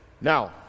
now